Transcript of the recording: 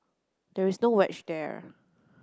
there is no wedge there